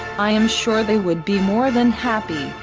i am sure they would be more than happy,